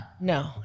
No